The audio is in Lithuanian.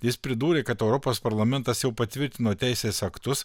jis pridūrė kad europos parlamentas jau patvirtino teisės aktus